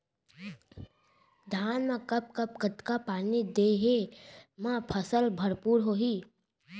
धान मा कब कब कतका पानी देहे मा फसल भरपूर होही?